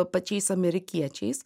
pačiais amerikiečiais